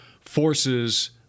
forces